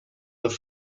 los